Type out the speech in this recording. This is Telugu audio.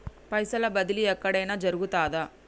పైసల బదిలీ ఎక్కడయిన జరుగుతదా?